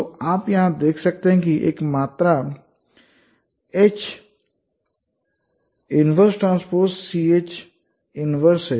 तो आप यहां देख सकते हैं कि एक मात्रा H TCH 1 है